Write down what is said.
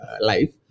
life